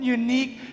unique